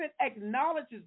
acknowledges